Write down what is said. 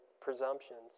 presumptions